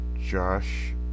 Josh